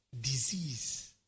disease